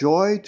Joy